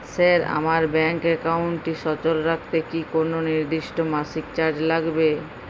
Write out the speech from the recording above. Sir আমার bank একাউন্টটি সচল রাখতে কি কোনো নির্দিষ্ট মাসিক চার্জ লাগবে?